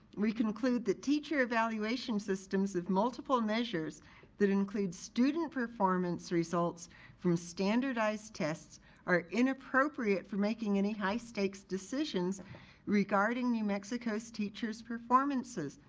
we conclude the teacher evaluation systems of multiple measures that include student performance results from standardized tests are inappropriate for making any high stakes decisions regarding new mexico's teachers' performances.